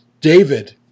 David